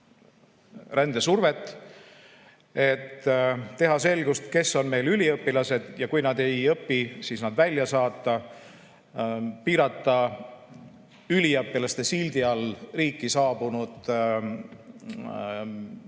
rändesurvet; et teha selgust, kes on meil üliõpilased, ja kui nad ei õpi, siis nad välja saata; et piirata üliõpilaste sildi all riiki saabunud kodanike,